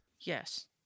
Yes